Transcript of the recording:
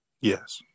Yes